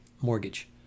mortgage